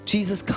Jesus